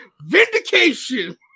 vindication